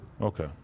Okay